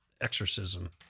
exorcism